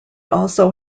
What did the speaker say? also